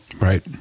Right